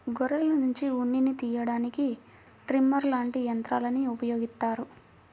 గొర్రెల్నుంచి ఉన్నిని తియ్యడానికి ట్రిమ్మర్ లాంటి యంత్రాల్ని ఉపయోగిత్తారు